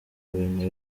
bintu